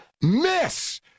miss –